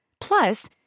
Plus